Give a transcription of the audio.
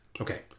Okay